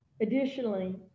Additionally